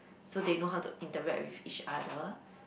so they know how to interact with each other